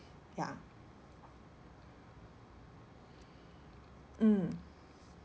ya mm